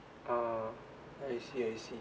oo I see I see